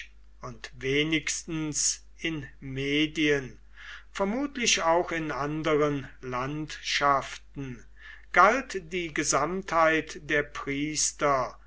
und wenigstens in medien vermutlich auch in anderen landschaften galt die gesamtheit der priester